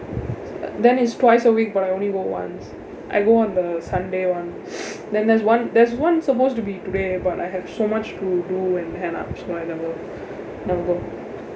then it's twice a week but I only went once I go on the sunday one then there's one there's one supposed to be today but I have so much to do and hand up so I never never go